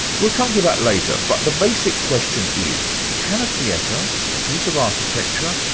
we'll come to that later, but the basic question is, can a theatre, a piece of architecture,